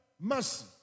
mercy